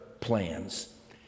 plans